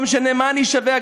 לא משנה מה אני שווה,